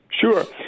Sure